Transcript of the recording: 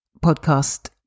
podcast